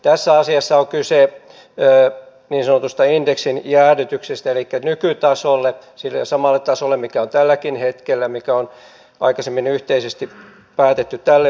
tässä asiassa on kyse niin sanotusta indeksin jäädytyksestä nykytasolle sille samalle tasolle mikä on tälläkin hetkellä ja mikä on aikaisemmin yhteisesti päätetty tälle vuodelle